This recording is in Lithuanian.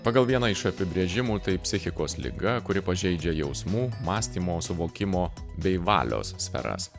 pagal vieną iš apibrėžimų tai psichikos liga kuri pažeidžia jausmų mąstymo suvokimo bei valios sferas